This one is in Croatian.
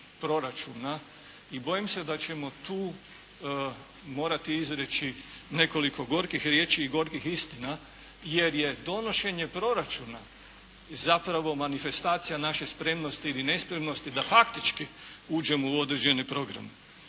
I bojim se da ćemo tu morati izreći nekoliko gorskih riječi i gorkih istina, jer je donošenje proračuna zapravo manifestacija naše spremnosti ili nespremnosti da faktički uđemo u određeni program.